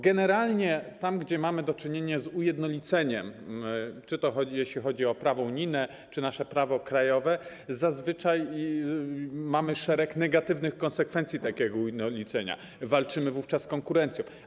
Generalnie tam, gdzie mamy do czynienia z ujednoliceniem - czy chodzi o prawo unijne, czy o nasze prawo krajowe - zazwyczaj mamy szereg negatywnych konsekwencji takiego ujednolicenia, walczymy wówczas z konkurencją.